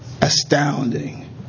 astounding